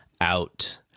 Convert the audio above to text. out